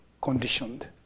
conditioned